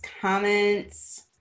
comments